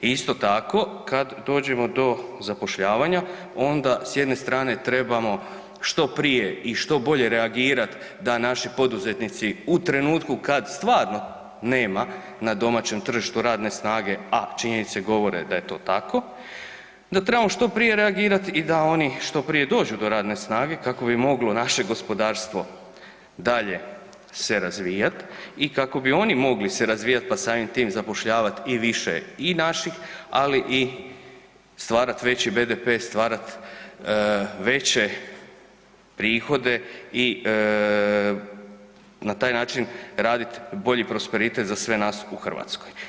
I isto tako kad dođemo do zapošljavanja, onda s jedne strane trebamo što prije i što bolje reagirati da naši poduzetnici u trenutku kad stvarno nema na domaćem tržištu radne snage a činjenice govore da je to tako, da trebamo što prije reagirati i da oni što prije dođu do radne snage kako bi moglo naše gospodarstvo dalje se razvijat i kako bi oni mogli se razvijat pa sam tim zapošljavat i više i naših ali i stvarat veći BDP, stvarat veće prihode i na taj način radi bolji prosperitet za sve nas u Hrvatskoj.